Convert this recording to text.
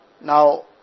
Now